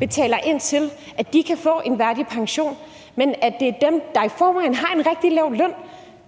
betaler ind til, at de kan få en værdig pension, men at det er dem, der i forvejen har en rigtig lav løn,